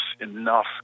enough